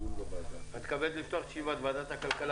אני מתכבד לפתוח את ישיבת ועדת הכלכלה